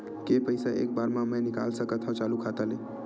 के पईसा एक बार मा मैं निकाल सकथव चालू खाता ले?